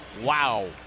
wow